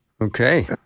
Okay